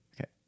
okay